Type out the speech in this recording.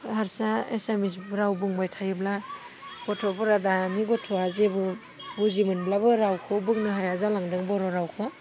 हारसा एसामिस राव बुंबाय थायोब्ला गथ'फोरा दानि गथ'वा जेबो बुजिमोनब्लाबो रावखौ बुंनो हाया जालांदों बर' रावखौ